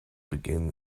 begin